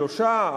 שלושה,